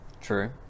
true